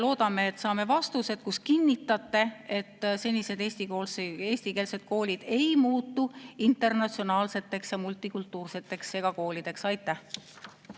loodame, et saame vastused, milles kinnitate, et senised eestikeelsed koolid ei muutu internatsionaalseteks ja multikultuurseteks segakoolideks. Aitäh!